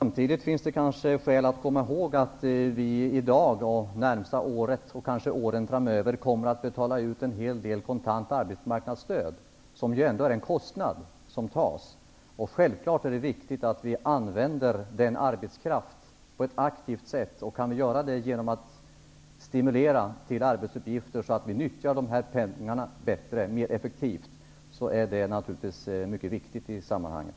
Herr talman! Samtidigt finns det kanske skäl att ha i åtanke att vi i dag och under det närmaste året -- kanske också under åren framöver -- kommer att betala ut en hel del i kontant arbetsmarknadsstöd. Och det är ändå en kostnad. Självfallet är det viktigt att vi använder arbetskraften på ett aktivt sätt. Kan vi göra det genom att stimulera till arbetsuppgifter så att vi nyttjar de här medlen mera effektivt, är det naturligtvis mycket viktigt i sammanhanget.